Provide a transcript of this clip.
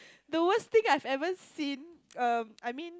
the worst thing I've ever seen um I mean